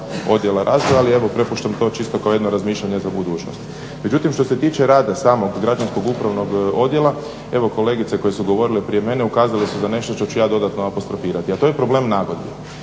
odjela razdvoje, ali evo prepuštam to čisto kao jedno razmišljanje za budućnost. Međutim što se tiče rada samog građansko-upravnog odjela evo kolegice koje su govorile prije mene ukazale su na nešto što ću ja dodatno apostrofirati, a to je problem nagodbe.